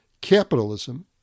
Capitalism